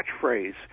catchphrase